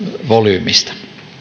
volyymista